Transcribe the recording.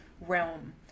realm